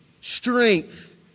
Strength